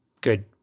good